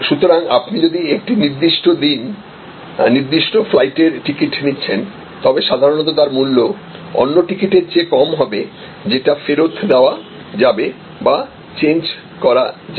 সুতরাং আপনি যদি একটি নির্দিষ্ট দিন নির্দিষ্ট ফ্লাইটের টিকিট নিচ্ছেন তবে সাধারণত তার মূল্য অন্য টিকিটের চেয়ে কম হবে যেটা ফেরত দেওয়া যাবে বা চেঞ্জ করা যাবে